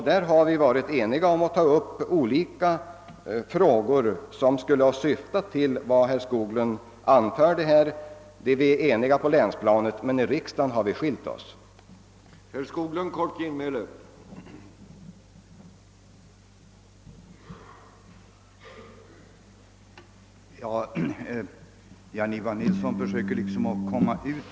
Där har vi tagit upp — och varit ense på de punkterna — olika förslag som syftar till att åstadkomma en lösning av de problem som herr Skoglund här talade om. Vi är alltså ense på länsplanet, men i riksdagen har vi skilt oss åt.